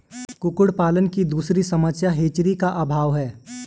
कुक्कुट पालन की दूसरी समस्या हैचरी का अभाव है